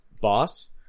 boss